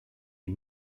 est